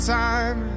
time